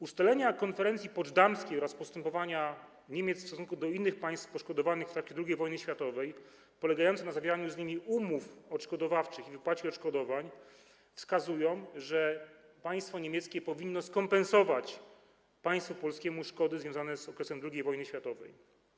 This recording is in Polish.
Ustalenia konferencji poczdamskiej oraz postępowanie Niemiec w stosunku do innych państw poszkodowanych w trakcie II wojny światowej, polegające na zawieraniu z nimi umów odszkodowawczych i wypłacie odszkodowań, wskazują, że państwo niemieckie powinno skompensować państwu polskiemu szkody związane z okresem II wojny światowej.